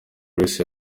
grace